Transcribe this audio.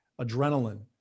adrenaline